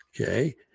Okay